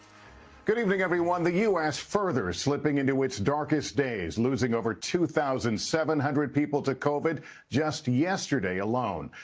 good evening, everyone. the u s. further slipping into its darkest days losing over two thousand seven hundred people to covid just yesterday alone.